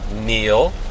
Neil